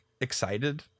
excited